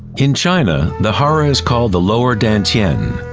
in china, the hara is called the lower dantien.